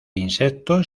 insectos